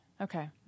Okay